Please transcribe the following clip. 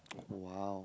!wow!